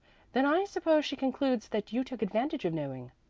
then i suppose she concludes that you took advantage of knowing.